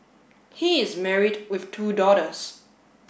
he is married with two daughters